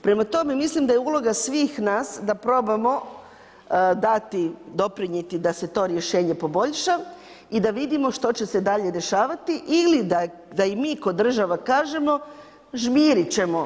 Prema tome mislim da je uloga svih nas da probamo dati, doprinijeti da se to rješenje poboljša i da vidimo što će se dalje dešavati ili da i mi kao država kažemo žmirit ćemo.